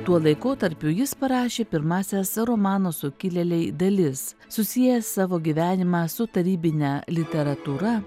tuo laikotarpiu jis parašė pirmąsias romano sukilėliai dalis susiejęs savo gyvenimą su tarybine literatūra